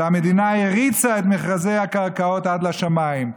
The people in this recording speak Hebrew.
אלא המדינה הריצה את מכרזי הקרקעות עד לשמיים.